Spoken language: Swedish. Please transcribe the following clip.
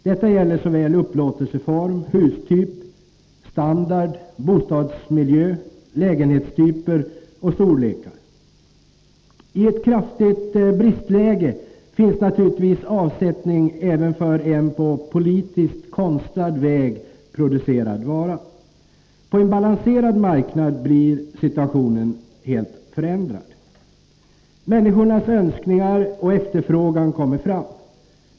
Detta gäller såväl upplåtelseformer som hustyper, standard, bostadsmiljö, lägenhetstyper och storlekar. I ett bristläge finns naturligtvis avsättning även för en på politiskt konstlad väg producerad vara. På en balanserad marknad blir situationen helt förändrad. Människornas önskningar och efterfrågan kommer fram.